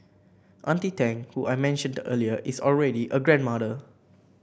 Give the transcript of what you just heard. auntie Tang who I mentioned earlier is already a grandmother